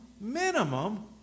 minimum